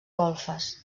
golfes